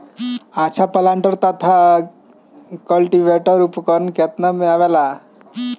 अच्छा प्लांटर तथा क्लटीवेटर उपकरण केतना में आवेला?